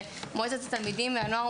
מועצת התלמידים והנוער,